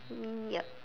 mm yup